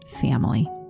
family